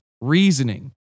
reasoning